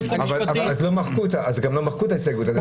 אז גם לא מחקו את ההסתייגות הזאת.